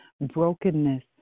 Brokenness